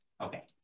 Okay